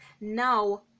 now